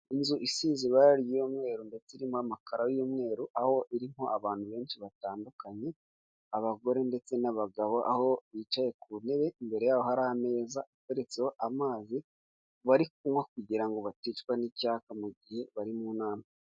Inzu isize ibara ry'umweru ndetse irimo amakaro y'umweru, aho abantu benshi batandukanye abagore ndetse n'abagabo, aho bicaye ku ntebe imbere yaho hari ameza ateretseho amazi bari kunywa kugira ngo baticwa n'icyayaka mu gihe bari mu nama.